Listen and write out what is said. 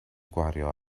gwario